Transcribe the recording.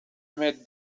med